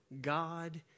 God